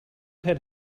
had